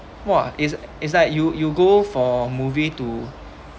!wah! is is like you you go for movie to